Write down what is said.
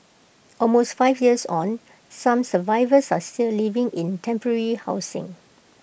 almost five years on some survivors are still living in temporary housing